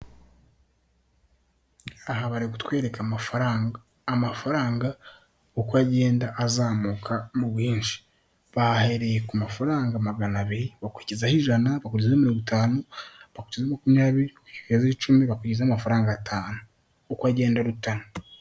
Aha bari kutwereka amafaranga, amafaranga uko agenda azamuka mu bwinshi, bahereye ku mafaranga magana abiri bakurikizaho ijana, bakurikizaho mirongo itanu, makumyabiri bakurikizaho icumi bakukizaho amafaranga atanu uko agenda arutana.